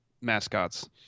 mascots